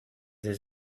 his